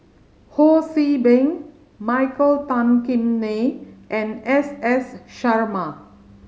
Ho See Beng Michael Tan Kim Nei and S S Sarma